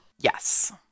Yes